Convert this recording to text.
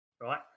right